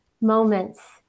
moments